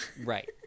Right